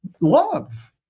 love